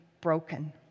broken